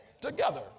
together